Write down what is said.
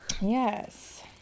Yes